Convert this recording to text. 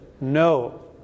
No